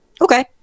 Okay